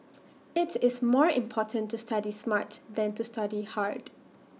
IT is more important to study smart than to study hard